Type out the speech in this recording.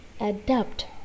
adapt